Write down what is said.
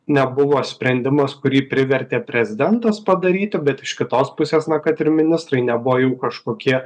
nebuvo sprendimas kurį privertė prezidentas padaryti bet iš kitos pusės na kad ir ministrai nebuvo jau kažkokie